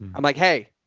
i'm like, hey,